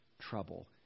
trouble